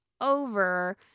over